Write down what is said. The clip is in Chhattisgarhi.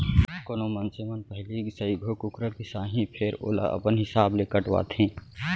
कोनो मनसे मन पहिली सइघो कुकरा बिसाहीं फेर ओला अपन हिसाब म कटवाथें